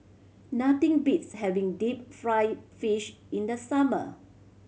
nothing beats having deep fried fish in the summer